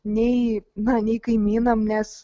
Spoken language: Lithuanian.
nei na nei kaimynam nes